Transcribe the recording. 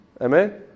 Amen